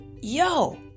Yo